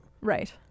Right